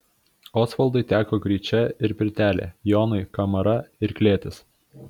osvaldui teko gryčia ir pirtelė jonui kamara ir klėtis